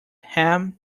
ham